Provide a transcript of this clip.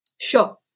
Sure